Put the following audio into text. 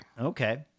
Okay